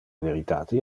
veritate